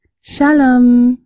Shalom